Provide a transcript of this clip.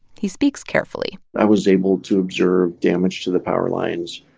he speaks carefully i was able to observe damage to the power lines,